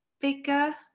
bigger